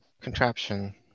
contraption